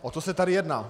O to se tady jedná.